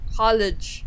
college